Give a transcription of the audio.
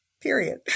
period